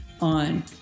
on